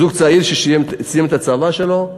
זוג צעיר שסיים את השירות הצבאי שלו,